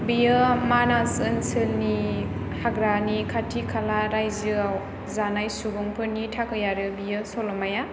बियो मानास ओनसोलनि हाग्रानि खाथि खाला रायजोयाव जानाय सुबुंफोरनि थाखाय आरो बियो सल'माया